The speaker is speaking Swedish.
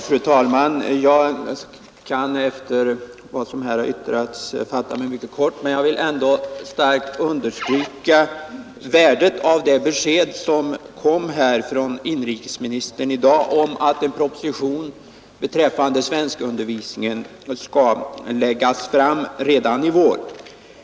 Fru talman! Jag kan efter vad som här har yttrats fatta mig mycket kort, men jag vill ändå kraftigt understryka värdet av det besked som inrikesministern i dag har lämnat om att en proposition beträffande svenskundervisningen skall läggas fram redan i vår.